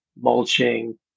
mulching